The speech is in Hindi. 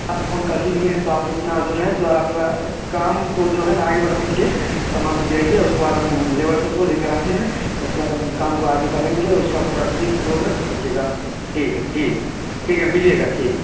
आप फोन कर ही दिएं हैं तो आप इतना जो है सो आप ला काम को जो हैं ना आगे बढ़ाने के लिए सामान सब गिराइए और उसके बाद हम लेबर सब को ले कर आते हैं उसके बाद हम काम को आगे बढ़ाएंगे उसका पूरा फिनिस होगा तो देखिएगा ठीक है ठीक ठीक है मिलिएगा ठीक हैं